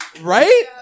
right